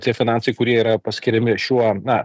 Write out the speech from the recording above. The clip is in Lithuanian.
tie finansai kurie yra paskiriami šiuo na